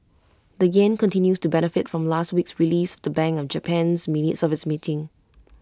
the Yen continues to benefit from last week's release of the bank of Japan's minutes of its meeting